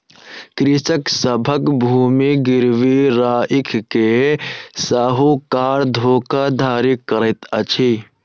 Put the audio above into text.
कृषक सभक भूमि गिरवी राइख के साहूकार धोखाधड़ी करैत अछि